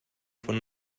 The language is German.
von